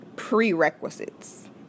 prerequisites